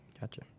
Gotcha